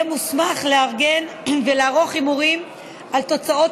יהיה מוסמך לארגן ולערוך הימורים על תוצאות